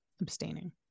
abstaining